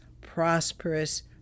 prosperous